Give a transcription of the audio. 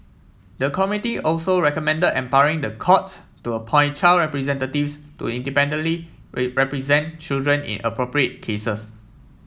the committee also recommended empowering the court to appoint child representatives to independently represent children in appropriate cases